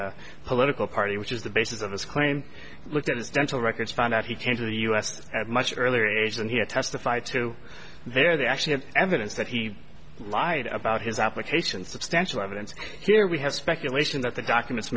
a political party which is the basis of his claim look at his dental records found out he came to the u s as much earlier age than he had testified to there they actually have evidence that he lied about his application substantial evidence here we have speculation that the documents